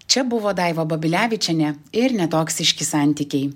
čia buvo daiva babilevičienė ir netoksiški santykiai